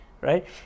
right